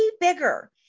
bigger